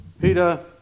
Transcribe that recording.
Peter